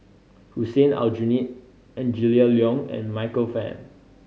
Hussein Aljunied Angela Liong and Michael Fam